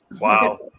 Wow